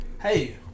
Hey